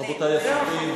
רבותי השרים,